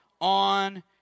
on